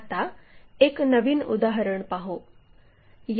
आता एक नवीन उदाहरण पाहू